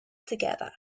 together